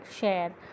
share